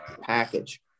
package